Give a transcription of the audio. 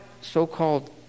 so-called